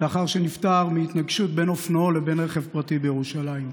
שנפטר מהתנגשות בין אופנועו לבין רכב פרטי בירושלים.